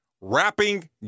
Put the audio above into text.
Wrapping